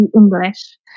English